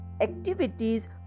activities